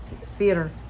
theater